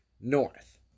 north